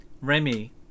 remy